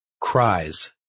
Cries